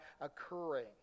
occurring